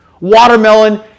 Watermelon